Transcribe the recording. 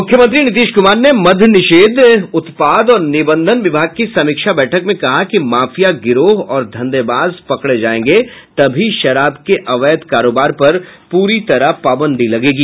मुख्यमंत्री नीतीश कुमार ने मद्य निषेध उत्पाद और निबंधन विभाग की समीक्षा बैठक में कहा कि माफिया गिरोह और धंधेबाज पकड़े जायेंगे तभी शराब के अवैध कारोबार पर प्री तरह पाबंदी लगेगी